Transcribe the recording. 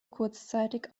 kurzzeitig